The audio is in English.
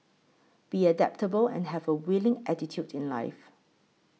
be adaptable and have a willing attitude in life